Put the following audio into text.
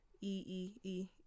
E-E-E